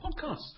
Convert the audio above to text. podcast